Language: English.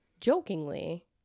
jokingly